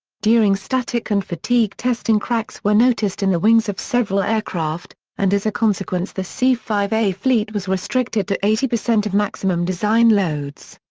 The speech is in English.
during static and fatigue testing cracks were noticed in the wings of several aircraft, and as a consequence the c five a fleet was restricted to eighty percent of maximum design loads.